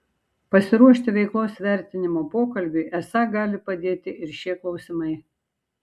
pasiruošti veiklos vertinimo pokalbiui esą gali padėti ir šie klausimai